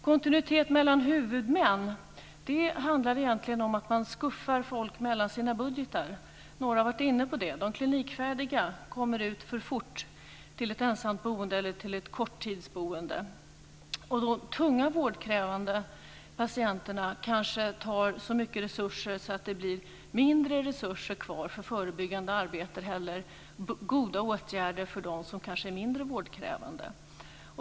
Kontinuitet mellan huvudmän handlar egentligen om att man skuffar folk mellan sina budgetar. Några har varit inne på det. De klinikfärdiga kommer ut för fort till ett ensamt boende eller till ett korttidsboende. De tunga vårdkrävande patienterna tar kanske så mycket resurser att det blir mindre resurser kvar till förebyggande arbete eller goda åtgärder för dem som kanske är mindre vårdkrävande.